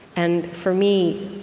and for me,